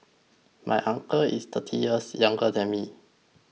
my uncle is thirty years younger than me